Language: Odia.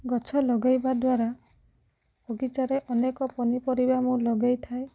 ଗଛ ଲଗାଇବା ଦ୍ୱାରା ବଗିଚାରେ ଅନେକ ପନିପରିବା ମୁଁ ଲଗାଇ ଥାଏ